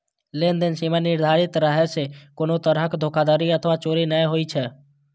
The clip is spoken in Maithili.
लेनदेन सीमा निर्धारित रहै सं कोनो तरहक धोखाधड़ी अथवा चोरी नै होइ छै